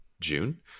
June